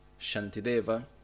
Shantideva